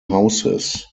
houses